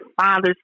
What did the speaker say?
fathers